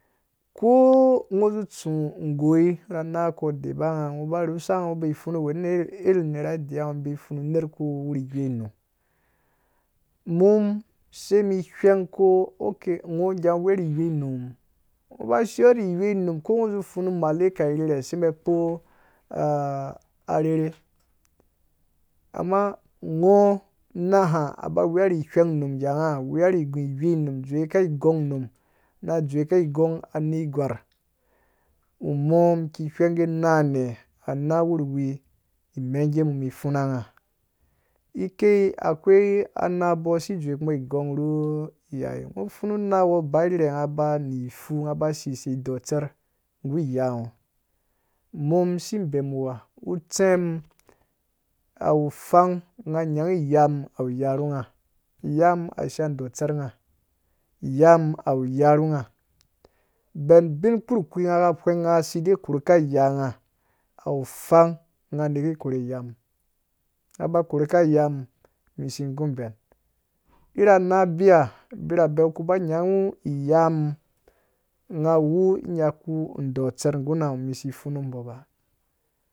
Koo ngɔ zi tsu nggoi ra nanga kɔ dema nga ngo ba rhusa nga ngo bei pfunu wene-i-iru nerha ngai deya ngɔ mbe pfunu wuku wuri iwei numi umum semi hweng ko ok ngɔ ngyangɔ weyo ru iwei num? Ngɔ ba shiyɔ ri iwei num ko ngɔ zi pfunũ maleka irhirhe se mbɔ kpo arherhe ama ngɔ nãhã aba weya ri hweng num nyanga weya ri gu iwei num dzweka igong num nã dzweka igong anergwarh umɔ ki hweng mi pfuna nga ikei akoi anabo si dzwe kumbo igɔng rhu iyaye ngɔ pfunu na wɔ ba irhirhe nga ba ni ipfu ngha sisei ndɔi tser nggu iya ngɔ mum si mbei wua utsɛn awu pfang nga nya ngu iyam awu iya rhunga. iyam ashiya ndɔtser ru nga iyam, awu iya ru ngã bɛn bin kpurukpi ngã ka hwangã si e korhuka iya ngã ba koruka iyam, mi si ngum ibɛn ira anã biya birabe ku ba nyangu iyan nga wu nyaku ndɔ tser nguna ngo ba